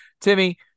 Timmy